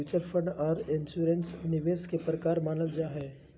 mutual fund आर insurance निवेश के प्रकार मानल जा हय